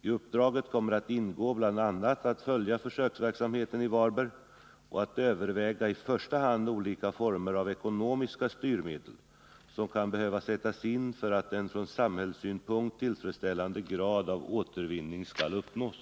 I uppdraget kommer att ingå bl.a. att följa försöksverksamheten i Varberg och att överväga i första hand olika former av ekonomiska styrmedel som kan behöva sättas in för att en från samhällssynpunkt tillfredsställande grad av återvinning skall uppnås.